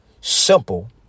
Simple